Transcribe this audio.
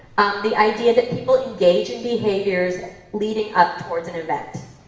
the idea that people engage in behaviors leading up towards an event,